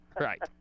Right